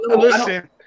Listen